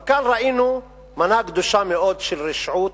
אבל כאן ראינו מנה גדושה מאוד של רשעות,